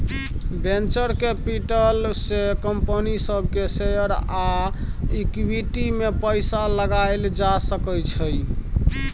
venture capital से company सब के शेयर आ इक्विटी में पैसा लगाएल जा सकय छइ